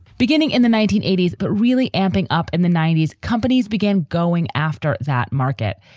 beginning in the nineteen eighty s, but really amping up in the ninety s, companies began going after that market.